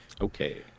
Okay